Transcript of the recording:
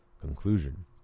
Conclusion